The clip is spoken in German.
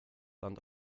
land